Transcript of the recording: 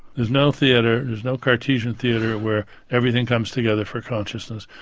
there's no theatre there's no cartesian theatre where everything comes together for consciousness.